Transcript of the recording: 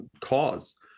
cause